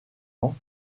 ans